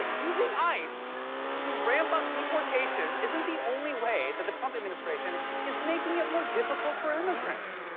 using ice to ramp up deportations isn't the only way that the trump administration is making it more difficult for immigrants.